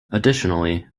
additionally